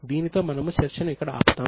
దీనితో మనము చర్చను ఇక్కడ ఆపుతాము